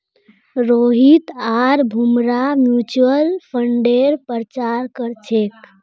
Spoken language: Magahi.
रोहित आर भूमरा म्यूच्यूअल फंडेर प्रचार कर छेक